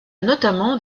notamment